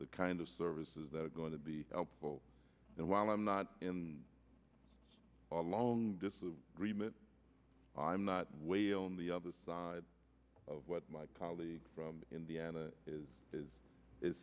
the kind of services that are going to be helpful and while i'm not in a long distance agreement i'm not wail on the other side of what my colleague from indiana is is